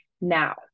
now